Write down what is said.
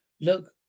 Look